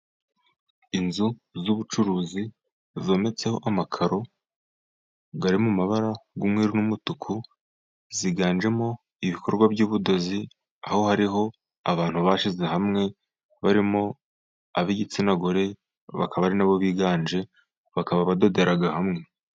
Inzu z'ubucuruzi zometseho amakaro ari mu mabara, umwe n'umutuku ziganjemo ibikorwa by'ubudozi. aho hariho abantu bashyize hamwe barimo ab'igitsina gore, bakaba ari nabo biganje bakaba badodera hamwe.